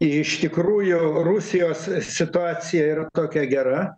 iš tikrųjų rusijos situacija yra tokia gera